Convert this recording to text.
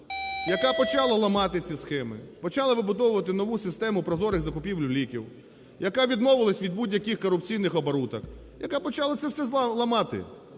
яка почала ламати ці схеми, почала вибудовувати нову систему прозорих закупівель ліків, яка відмовилася від будь-яких корупційних оборудок, яка почала це все ламати.